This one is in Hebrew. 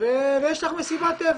ויש לך מסיבת טבע.